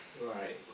Right